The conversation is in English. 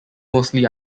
mostly